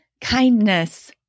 Kindness